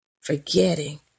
forgetting